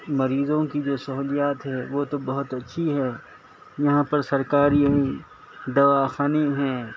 مریضوں کی جو سہولیات ہے وہ تو بہت اچھی ہے یہاں پر سرکاری دوا خانے ہیں